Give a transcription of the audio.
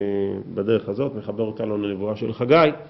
בדרך הזאת מחבר אותנו לנבואה של חגי